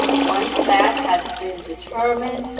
once that has been determined,